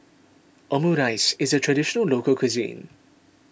Omurice is a Traditional Local Cuisine